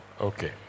Okay